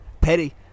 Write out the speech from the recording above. Petty